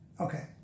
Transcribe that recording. Okay